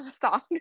song